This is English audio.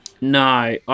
No